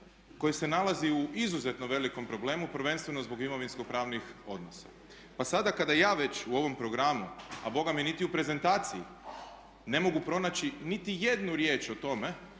koji se nalazi u izuzetno velikom problemu prvenstveno zbog imovinsko-pravnih odnosa. Pa sada kada ja već u ovom programu, a Boga mi niti u prezentaciji ne mogu pronaći nitijednu riječ o tome,